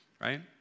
right